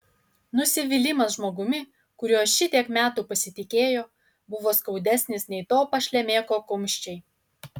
nusivylimas žmogumi kuriuo šitiek metų pasitikėjo buvo skaudesnis nei to pašlemėko kumščiai